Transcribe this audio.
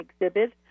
exhibit